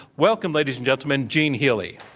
welcome, ladies and gentleman, gene healy.